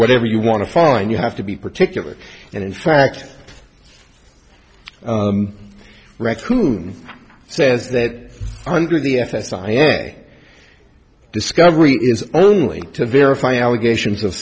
whatever you want to find you have to be particular and in fact racoon says that under the fs i f a discovery is only to verify allegations of